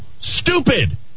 stupid